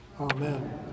Amen